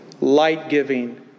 light-giving